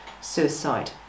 suicide